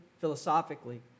philosophically